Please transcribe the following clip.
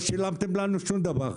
לא שילמתם לנו שום דבר,